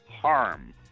harm